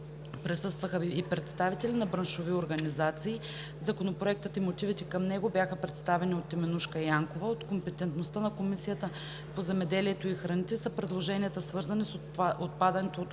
Присъстваха и представители на браншови организации. Законопроектът и мотивите към него бяха представени от Теменужка Янкова. От компетентността на Комисията по земеделието и храните са предложенията, свързани с отпадането от